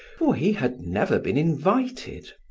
for he had never been invited,